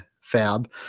Fab